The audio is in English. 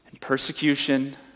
Persecution